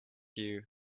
you